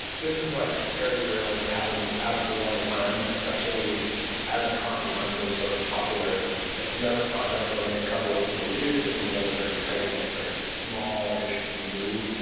this is like very real. it happens absolutely all the time, especially as a consequence of sort of popularity. if you have a project that only a couple of people use and you build a very tight net, very small-ish community,